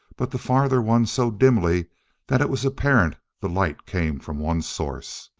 but the farther one so dimly that it was apparent the light came from one source,